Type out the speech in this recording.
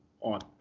on